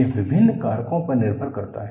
यह विभिन्न कारकों पर निर्भर करता है